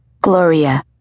Gloria